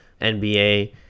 NBA